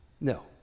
No